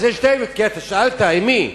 אתה שאלת עם מי,